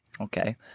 Okay